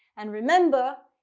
and remember,